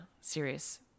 serious